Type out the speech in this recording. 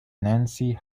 nancy